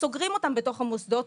סוגרים אותם בתוך המוסדות,